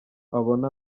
abona